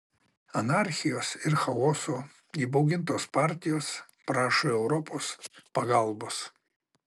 anarchijos ir chaoso įbaugintos partijos prašo europos pagalbos